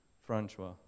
Francois